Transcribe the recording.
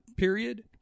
Period